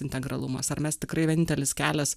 integralumas ar mes tikrai vienintelis kelias